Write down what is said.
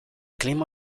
clima